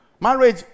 Marriage